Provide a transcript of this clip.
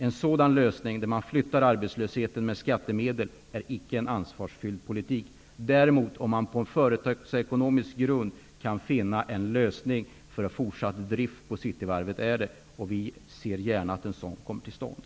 En sådan lösning, där man flyttar arbetslösheten med skattemedel, är icke en ansvarsfull politik. Det är det däremot om man på företagsekonomisk grund kan finna en lösning för fortsatt drift på Cityvarvet. Och vi ser gärna att en sådan kommer till stånd.